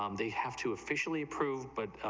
um the half to officially approved but,